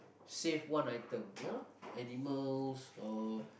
save one item ya lah animals or